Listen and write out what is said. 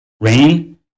Rain